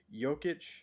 Jokic